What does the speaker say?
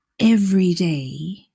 everyday